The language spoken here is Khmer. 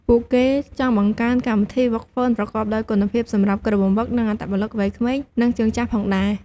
ពួកគេចង់បង្កើនកម្មវិធីហ្វឹកហ្វឺនប្រកបដោយគុណភាពសម្រាប់គ្រូបង្វឹក និងអត្តពលិកវ័យក្មេង និងជើងចាស់ផងដែរ។